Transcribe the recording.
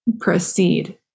proceed